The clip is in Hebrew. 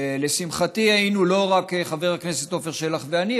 לשמחתי היינו לא רק חבר הכנסת עפר שלח ואני,